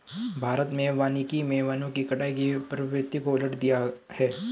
भारत में वानिकी मे वनों की कटाई की प्रवृत्ति को उलट दिया है